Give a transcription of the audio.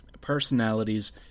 personalities